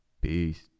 Peace